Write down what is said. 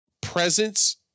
presence